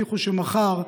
הבטיחו שמחר,